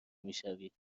میشوید